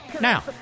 Now